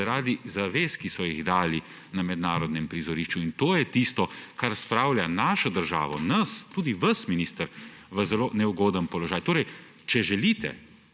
zaradi zavez, ki so jih dali na mednarodnem prizorišču. In to je tisto, kar spravlja našo državo, nas, tudi vas, minister, v zelo neugoden položaj. Torej, če želite